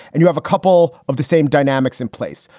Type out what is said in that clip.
and you have a couple of the same dynamics in place.